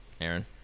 Aaron